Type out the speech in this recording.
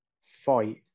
fight